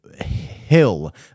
hill